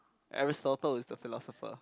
Aristotle is the philosopher